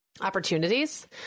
opportunities